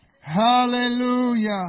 Hallelujah